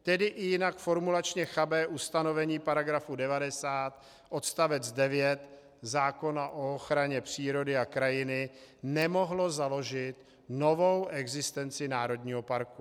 Tedy i jinak formulačně chabé ustanovení § 90 odst. 9 zákona o ochraně přírody a krajiny nemohlo založit novou existenci národního parku.